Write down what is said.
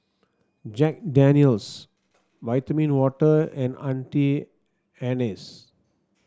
Jack Daniel's Vitamin Water and Auntie Anne's